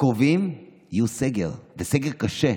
הקרובים יהיה סגר, וסגר קשה.